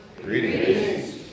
Greetings